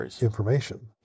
information